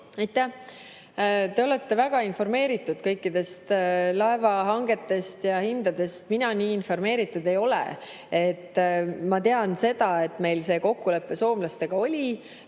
Aitäh! Te olete väga informeeritud kõikidest laevahangetest ja ‑hindadest, mina nii informeeritud ei ole. Ma tean seda, et meil oli soomlastega